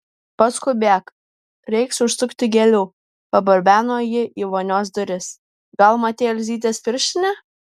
paskubėk reiks užsukti gėlių pabarbeno ji į vonios duris gal matei elzytės pirštinę